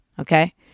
Okay